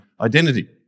identity